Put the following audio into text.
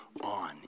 on